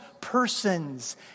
persons